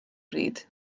bryd